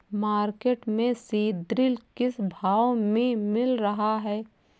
Market में सीद्रिल किस भाव में मिल रहा है?